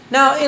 Now